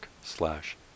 slash